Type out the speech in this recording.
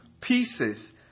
pieces